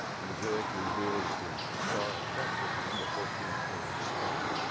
the mosaic reveals the star of bethlehem, the fourteen-pointed star.